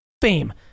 fame